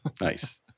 Nice